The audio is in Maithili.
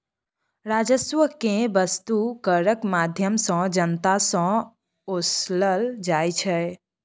राजस्व केँ बस्तु करक माध्यमसँ जनता सँ ओसलल जाइ छै